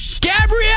gabrielle